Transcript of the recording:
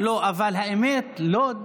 אבל האמת, לוד,